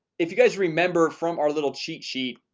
if you guys remember from our little cheat sheet.